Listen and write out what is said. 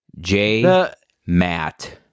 J-Matt